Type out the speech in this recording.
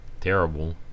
terrible